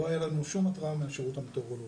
לא היה לנו שום התראה מהשירות המטאורולוגי.